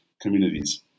communities